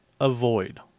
avoid